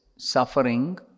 Suffering